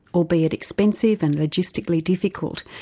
albeit expensive and logistically difficult,